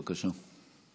בבקשה.